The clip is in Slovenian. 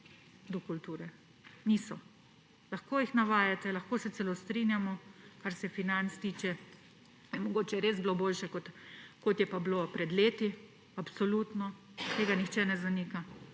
do kulture. Niso. Lahko jih navajate, lahko se celo strinjamo, kar se financ tiče. Mogoče je res bilo boljše, kot pa je bilo pred leti, absolutno, tega nihče ne zanika,